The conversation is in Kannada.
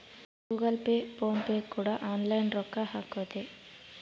ಗೂಗಲ್ ಪೇ ಫೋನ್ ಪೇ ಕೂಡ ಆನ್ಲೈನ್ ರೊಕ್ಕ ಹಕೊದೆ